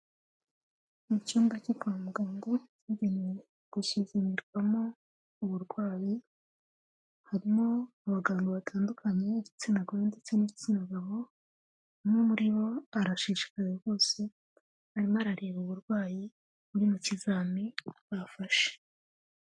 Mu cyumba cyo kwa muganga, cyagenewe gusuzumirwamo aburwayi, harimo abaganga batandukanye b'igitsina gore ndetse n'igitsina gabo, umwe muri bo arashishikaye rwose, arimo arareba uburwayi buri mu kizami bafashe.